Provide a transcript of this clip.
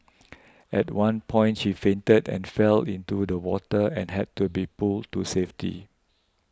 at one point she fainted and fell into the water and had to be pulled to safety